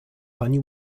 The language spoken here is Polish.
pani